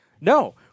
No